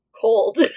cold